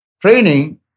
Training